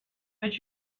but